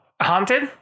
Haunted